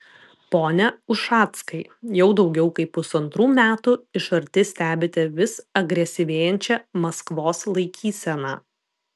pone ušackai jau daugiau kaip pusantrų metų iš arti stebite vis agresyvėjančią maskvos laikyseną